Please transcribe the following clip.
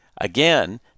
Again